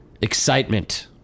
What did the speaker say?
excitement